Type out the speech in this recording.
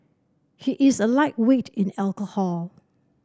he is a lightweight in alcohol